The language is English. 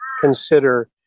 consider